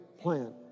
plan